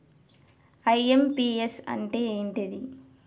IMPS అంటే ఏంటిది?